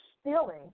stealing